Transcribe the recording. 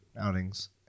outings